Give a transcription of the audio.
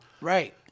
right